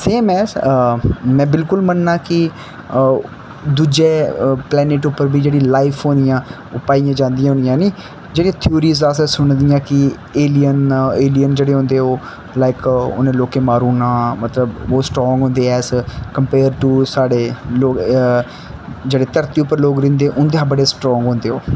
same as में बिलकुल मन्नना कि दूजे प्लेनेट उप्पर बी जेह्ड़ी लाइफ होनियां ओह् पाइयां जांदियां होनियां जेह्ड़ियां थियूरिस असें सुनी दियां कि एलियन एलियन जेह्ड़े होंदे ओह् लाइक उनें लोकें मारी ओड़ना मतलब बौह्त बड़े स्ट्रांग होंदे ऐज कम्पेयर टू साढ़े लोक जेह्ड़े धरती पर लोक रैह्दे उंदे शा बड़े स्ट्रांग होंदे ओह्